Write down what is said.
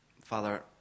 Father